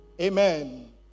Amen